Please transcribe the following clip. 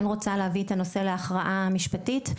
רוצה להביא את הנושא להכרעה משפטית,